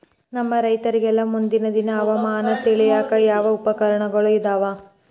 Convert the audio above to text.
ನಮ್ಮ ರೈತರಿಗೆಲ್ಲಾ ಮುಂದಿನ ದಿನದ ಹವಾಮಾನ ತಿಳಿಯಾಕ ಯಾವ ಉಪಕರಣಗಳು ಇದಾವ?